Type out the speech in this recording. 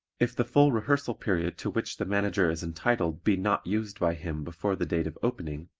if the full rehearsal period to which the manager is entitled be not used by him before the date of opening,